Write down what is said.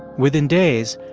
within days,